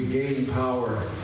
power.